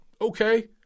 Okay